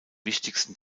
wichtigsten